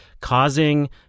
causing